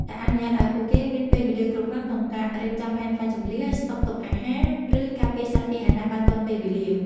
ដែលអនុញ្ញាតឱ្យពួកគេមានពេលវេលាគ្រប់គ្រាន់ក្នុងការរៀបចំផែនការជម្លៀស ស្តុកទុកអាហារ ឬការពារសត្វពាហនៈបានទាន់ពេលវេលា។